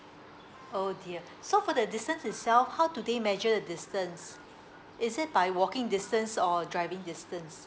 oh dear so for the distance itself how do they measure the distance is it by walking distance or driving distance